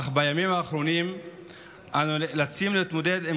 אך בימים האחרונים אנו נאלצים להתמודד עם